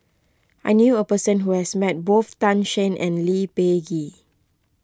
I knew a person who has met both Tan Shen and Lee Peh Gee